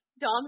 Dom